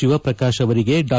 ಶಿವಪ್ರಕಾಶ ಅವರಿಗೆ ಡಾ